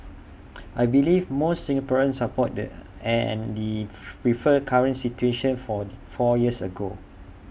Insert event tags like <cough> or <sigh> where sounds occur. <noise> I believe most Singaporeans support the and the <noise> prefer current situation for four years ago